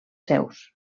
seus